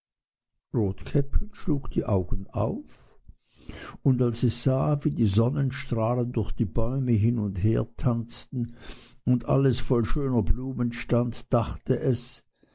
schlug die augen auf und als es sah wie die sonnenstrahlen durch die bäume hin und hertanzten und alles voll schöner blumen stand dachte es